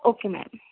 okay ma'am